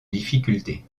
difficulté